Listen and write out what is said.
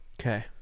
Okay